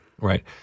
Right